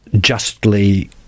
justly